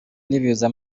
n’ibiza